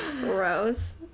Gross